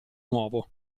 nuovo